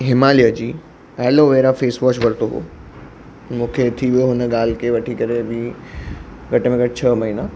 हिमालय जी aloe vera face wash वरितो हुयो मूंखे थी वियो हुन ॻाल्हि खे वठी करे बि घटि में घटि छह महीना